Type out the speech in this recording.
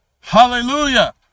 Hallelujah